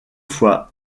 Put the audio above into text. fois